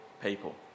people